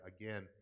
again